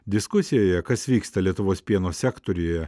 diskusijoje kas vyksta lietuvos pieno sektoriuje